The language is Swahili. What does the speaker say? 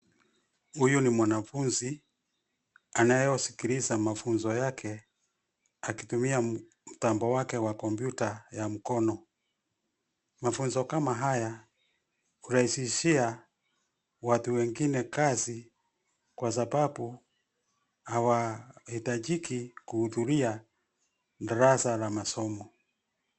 Huyu ni mwanafunzi anayesikiliza mafunzo yake akitumia mtambo wake wa kompyuta ya mkono, mafunzo kama haya hurahisishia watu wengine kazi kwa sababu hawahitajiki kuhudhuria darasa la masomo.